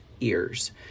ears